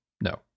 No